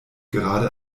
gerade